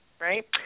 right